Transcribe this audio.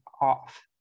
off